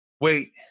wait